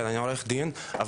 אבל,